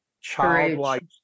childlike